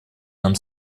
нам